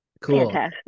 Cool